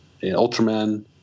Ultraman